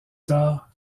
tard